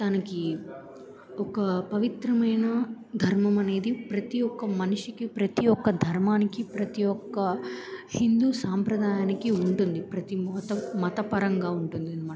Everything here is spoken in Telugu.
తనకి ఒక పవిత్రమైన ధర్మం అనేది ప్రతి ఒక్క మనిషికి ప్రతి ఒక్క ధర్మానికి ప్రతి ఒక్క హిందూ సాంప్రదాయానికి ఉంటుంది ప్రతి మత మతపరంగా ఉంటుంది అనమాట